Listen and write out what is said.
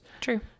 True